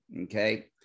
okay